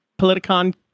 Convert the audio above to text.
Politicon